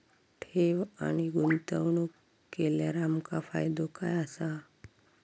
ठेव आणि गुंतवणूक केल्यार आमका फायदो काय आसा?